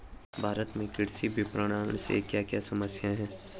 भारत में कृषि विपणन से क्या क्या समस्या हैं?